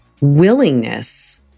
willingness